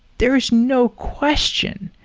there is no question.